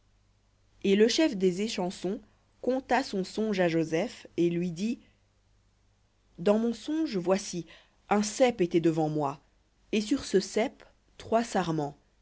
et le chef des échansons conta son songe à joseph et lui dit dans mon songe voici un cep était devant moi et sur ce cep trois sarments